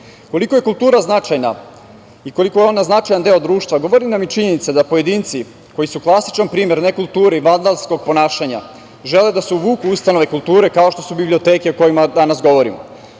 je kultura značajna i koliko je značajan deo društva govori nam i činjenica da pojedinci, koji su klasičan primer nekulture i vandalskog ponašanja, žele da se uvuku u ustanove kulture kao što su biblioteke o kojima danas govorimo.